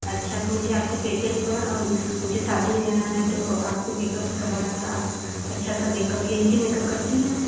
अच्छा तो मुझे आप से फेसियल भी करवाना और म मुझे शदी में जाना है तो आप से मेकअप भी करवाना था आप अच्छा सा मेकअप एच डी मेकअप करती हैं